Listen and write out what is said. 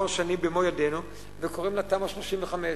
שנים במו ידינו וקוראים לה תמ"א 35?